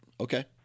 okay